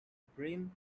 brian